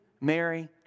Mary